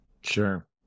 sure